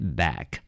back